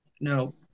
No